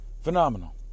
phenomenal